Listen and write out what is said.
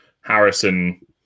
Harrison